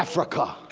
africa,